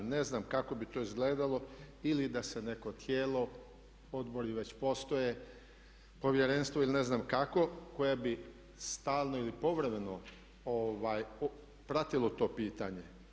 Ne znam kako bi to izgledalo ili da se neko tijelo, odbori već postoje, povjerenstvo ili ne znam kako koje bi stalno ili povremeno pratilo to pitanje.